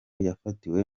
yafatiwe